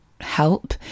help